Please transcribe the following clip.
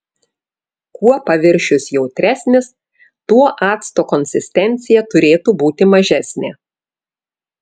kuo paviršius jautresnis tuo acto konsistencija turėtų būti mažesnė